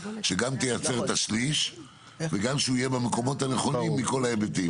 שגם תייצר את השליש וגם שהוא יהיה במקומות הנכונים מכל ההיבטים.